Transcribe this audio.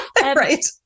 Right